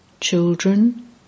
Children